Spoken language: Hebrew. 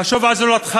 חשוב על זולתך,